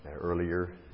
earlier